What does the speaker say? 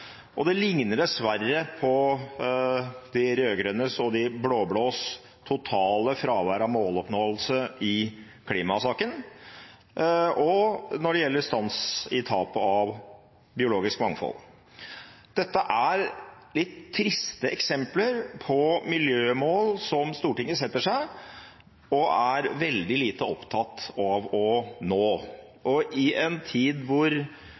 og det ligner dessverre på de rød-grønnes og de blå-blås totale fravær av måloppnåelse i klimasaken og når det gjelder stans i tap av biologisk mangfold. Dette er litt triste eksempler på miljømål som Stortinget setter seg og er veldig lite opptatt av å nå. Og i en tid hvor